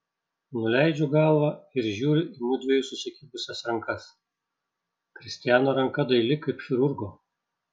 nuleidžiu galvą ir žiūriu į mudviejų susikibusias rankas kristiano ranka daili kaip chirurgo